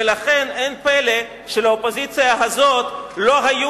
ולכן אין פלא שלאופוזיציה הזאת לא היו